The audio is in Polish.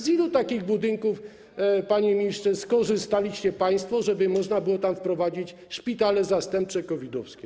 Z ilu takich budynków, panie ministrze, skorzystaliście państwo, żeby można było tam prowadzić szpitale zastępcze COVID-owskie?